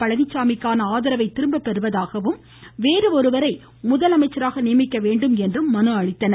பழனிசாமிக்கான ஆதரவை திரும்பப்பெறுவதாகவும் வேறு ஒருவரை முதலமைச்சராக நியமிக்க வேண்டும் என்றும் மனு அளித்தனர்